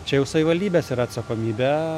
čia jau savivaldybės yra atsakomybę